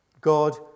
God